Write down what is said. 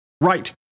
Right